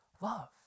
love